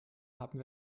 haben